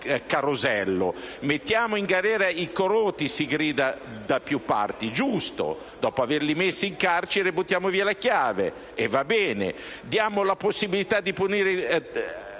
Mettiamo in galera i corrotti, si grida da più parti: giusto! Dopo averli messi in carcere, buttiamo la chiave: va bene! Diamo la possibilità di punire